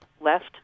left